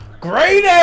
Great